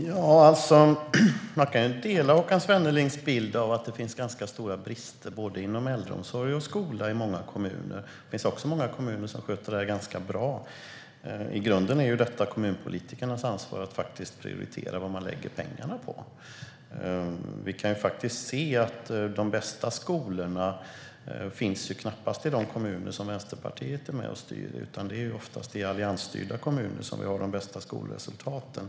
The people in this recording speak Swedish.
Herr talman! Man kan instämma i Håkan Svennelings bild av att det finns ganska stora brister både inom äldreomsorg och inom skola i många kommuner. Det finns också många kommuner som sköter det här ganska bra. I grunden är det ju kommunpolitikernas ansvar att prioritera vad man lägger pengarna på. De bästa skolorna finns knappast i de kommuner där Vänsterpartiet är med och styr, utan det är oftast i alliansstyrda kommuner som man har de bästa skolresultaten.